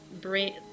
brain